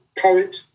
poet